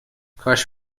کاش